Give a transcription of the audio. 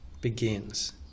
begins